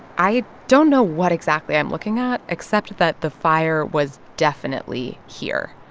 i don't know what exactly i'm looking at except that the fire was definitely here.